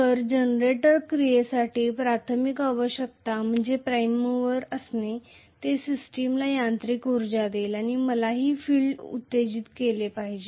तर जनरेटर क्रियेसाठी प्राथमिक आवश्यकता म्हणजे प्राइम मूवर असणे जे सिस्टमला यांत्रिक उर्जा देईल आणि मलाही फील्ड उत्तेजित केले पाहिजे